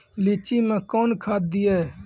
लीची मैं कौन खाद दिए?